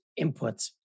inputs